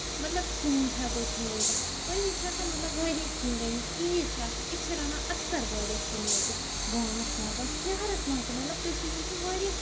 ہیٚکو تھایِتھ کُنہِ وِزِ چھِ آسان مطلب واریاہ سِنۍ رٔنمٕتۍ عیٖد چھےٚ آسان أسۍ چھِ رَنان اَکثر واریاہ سِنۍ ییٚتہِ گامَس منٛز شَہرس منٛز تہِ مطلب کٔشیٖر ہِندۍ چھِ واریاہ سِنۍ